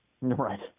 Right